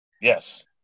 yes